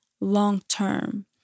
long-term